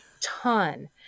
ton